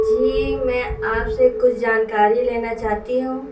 جی میں آپ سے کچھ جانکاری لینا چاہتی ہوں